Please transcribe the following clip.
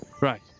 Right